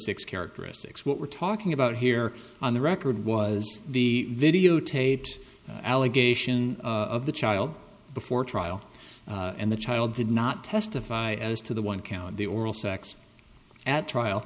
six characteristics what we're talking about here on the record was the videotapes allegation of the child before trial and the child did not testify as to the one count the oral sex at